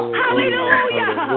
hallelujah